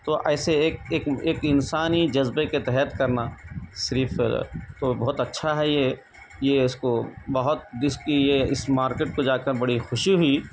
تو ایسے ایک ایک ایک انسانی جذبے کے تحت کرنا صرف تو بہت اچھا ہے یہ یہ اس کو بہت جس کی یہ اس مارکیٹ پہ جا کر بڑی خوشی ہوئی